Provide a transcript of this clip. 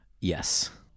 Yes